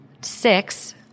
six